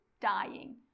dying